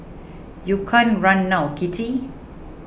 you can't run now kitty